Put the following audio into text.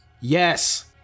Yes